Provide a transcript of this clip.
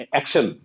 action